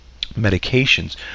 medications